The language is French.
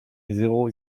zéro